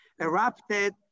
erupted